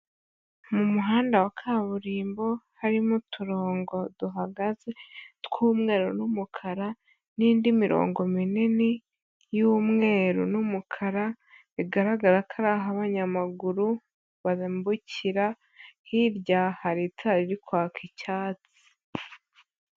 Mu muhanda wa kaburimbo harimo uturongo duhagaze tw'umweru n'umukara n'indi mirongo minini y'umweru n'umukara, bigaragara ko ari aho abanyamaguru bambukira, hirya hari itara riri kwaka icyatsi.